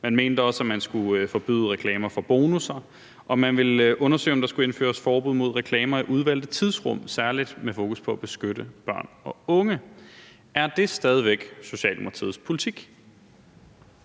Man mente også, at man skulle forbyde reklamer for bonusser, og man ville undersøge, om der skulle indføres forbud mod reklamer i udvalgte tidsrum, særlig med fokus på at beskytte børn og unge. Er det stadig væk Socialdemokratiets politik?